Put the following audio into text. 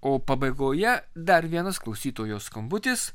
o pabaigoje dar vienas klausytojo skambutis